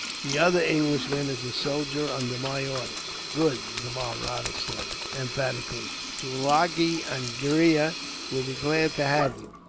the other englishman is a soldier, under my orders. good, the mahratta said, emphatically. tulagi angria will be glad to have you.